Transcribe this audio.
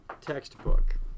textbook